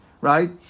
right